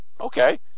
okay